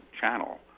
channel